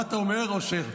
מה אתה אומר, אושר?